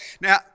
Now